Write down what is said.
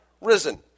risen